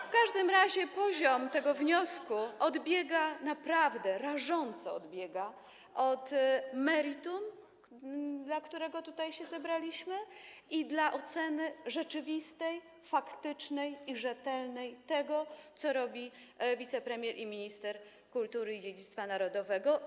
W każdym razie poziom tego wniosku naprawdę rażąco odbiega od meritum, dla którego tutaj się zebraliśmy, oceny rzeczywistej, faktycznej i rzetelnej tego, co robi wicepremier, minister kultury i dziedzictwa narodowego.